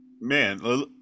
Man